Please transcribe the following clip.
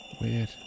Weird